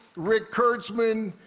rick kurtzman,